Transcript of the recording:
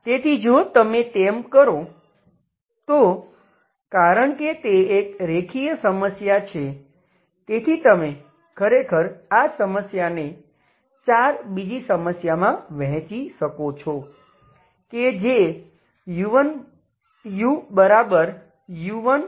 તેથી જો તમે તેમ કરો તો કારણ કે તે એક રેખીય સમસ્યા છે તેથી તમે ખરેખર આ સમસ્યાને 4 બીજી સમસ્યામાં વહેચી શકો છો કે જે uu1u2u3u4 છે